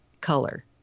color